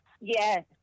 Yes